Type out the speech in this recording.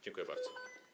Dziękuję bardzo.